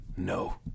No